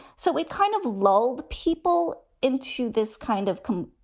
so we kind of lulled people into this kind of